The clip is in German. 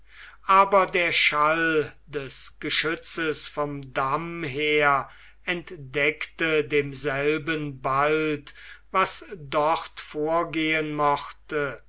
aber der schall des geschützes vom damm her entdeckte demselben bald was dort vorgehen mochte